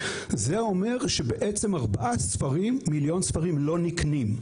זה אומר שבעצם מיליון ספרים לא נקנים.